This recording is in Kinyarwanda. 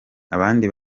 abandi